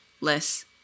less